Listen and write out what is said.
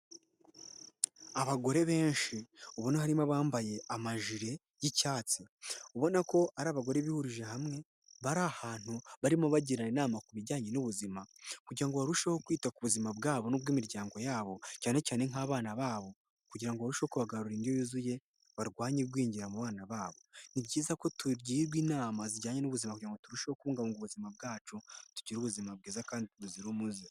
Abagore benshi ubona harimo abambaye amajire y'icyatsi ubona ko ari abagore bihurije hamwe bari ahantu barimo bagirana inama ku bijyanye n'ubuzima kugira ngo barusheho kwita ku buzima bwabo n'ubw'imiryango yabo cyane cyane nk'abana babo, kugira ngo barusheho kubagaburira indyo yuzuye barwanye igwingira mu bana babo . Ni byiza ko tugirwa inama zijyanye n'ubuzima kugira ngo turusheho kubungabunga ubuzima bwacu tugire ubuzima bwiza kandi buzira umuze.